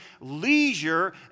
leisure